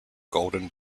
golden